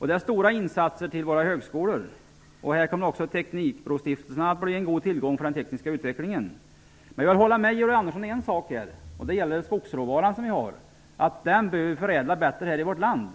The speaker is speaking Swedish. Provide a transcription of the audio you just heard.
har stora insatser för våra högskolor gjorts. Teknikbrostiftelser kommer att bli en god tillgång i den tekniska utvecklingen. Jag håller med Georg Andersson om en sak, nämligen att skogsråvaran behöver förädlas bättre i vårt land.